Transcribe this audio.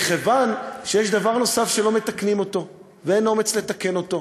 מכיוון שיש דבר נוסף שלא מתקנים אותו ואין אומץ לתקן אותו,